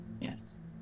Yes